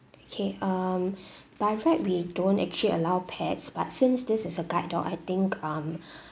okay um by right we don't actually allow pets but since this is a guide dog I think um